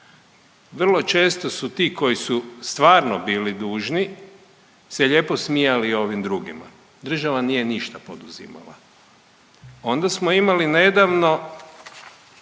Vrlo često su ti koji su stvarno bili dužni se lijepo smijali ovim drugima. Država nije ništa poduzimala. Onda smo imali nedavno